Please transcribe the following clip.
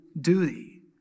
duty